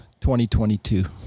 2022